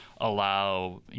allow